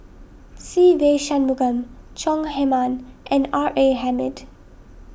Se Ve Shanmugam Chong Heman and R A Hamid